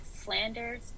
slanders